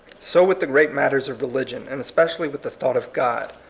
so with the great matters of religion, and especially with the thought of god.